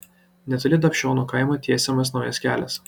netoli dapšionių kaimo tiesiamas naujas kelias